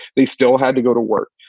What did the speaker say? they still had to go to work.